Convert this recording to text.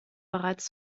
bereits